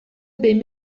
behin